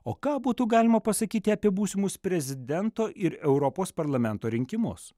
o ką būtų galima pasakyti apie būsimus prezidento ir europos parlamento rinkimus